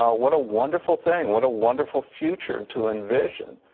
ah what a wonderful thing. what a wonderful future to envision.